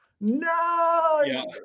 no